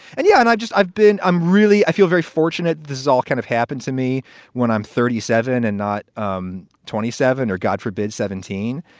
and yeah. and i just i've been i'm really i feel very fortunate. this is all kind of happened to me when i'm thirty seven and not um twenty seven or god forbid, seventeen.